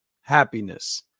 happiness